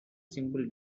simple